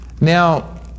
Now